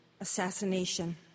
assassination